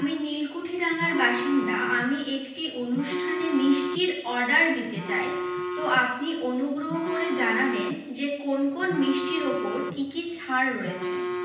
আমি নীলকুঠিরাঙার বাসিন্দা আমি আমি একটি অনুষ্ঠানে মিষ্টির অর্ডার দিতে চাই তো আপনি অনুগ্রহ করে জানাবেন যে কোন কোন মিষ্টির ওপর কি কি ছাড় রয়েছে